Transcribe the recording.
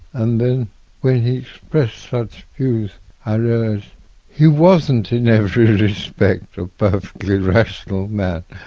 and then when he expressed such views i realised he wasn't in every respect a perfectly rational man.